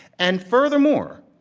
and furthermore,